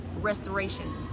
restoration